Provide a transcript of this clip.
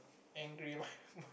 angry